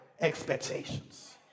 expectations